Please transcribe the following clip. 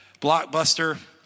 Blockbuster